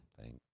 Thank